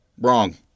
Wrong